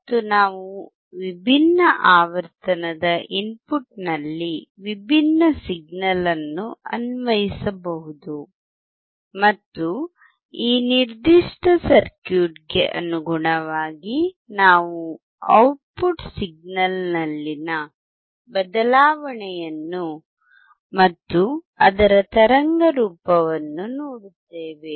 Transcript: ಮತ್ತು ನಾವು ವಿಭಿನ್ನ ಆವರ್ತನದ ಇನ್ಪುಟ್ನಲ್ಲಿ ವಿಭಿನ್ನ ಸಿಗ್ನಲ್ ಅನ್ನು ಅನ್ವಯಿಸಬಹುದು ಮತ್ತು ಈ ನಿರ್ದಿಷ್ಟ ಸರ್ಕ್ಯೂಟ್ ಗೆ ಅನುಗುಣವಾಗಿ ನಾವು ಔಟ್ಪುಟ್ ಸಿಗ್ನಲ್ನಲ್ಲಿನ ಬದಲಾವಣೆಯನ್ನು ಮತ್ತು ಅದರ ತರಂಗರೂಪವನ್ನು ನೋಡುತ್ತೇವೆ